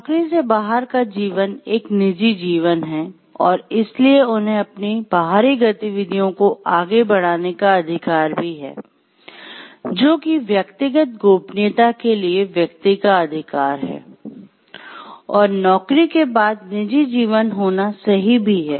नौकरी से बाहर का जीवन एक निजी जीवन है और इसलिए उन्हें अपनी बाहरी गतिविधियों को आगे बढ़ाने का अधिकार भी है जो कि व्यक्तिगत गोपनीयता के लिए व्यक्ति का अधिकार है और नौकरी के बाद निजी जीवन होना सही भी है